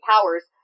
powers